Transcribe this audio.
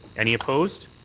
any opposed?